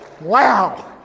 Wow